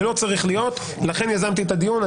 זה לא צריך להיות כך ולכן יזמתי את הדיון.